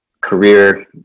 career